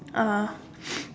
uh